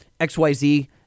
XYZ